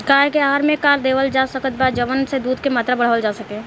गाय के आहार मे का देवल जा सकत बा जवन से दूध के मात्रा बढ़ावल जा सके?